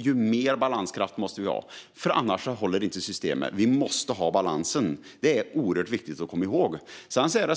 desto mer balanskraft måste vi ha, annars håller inte systemet. Vi måste ha balansen. Det är oerhört viktigt att komma ihåg.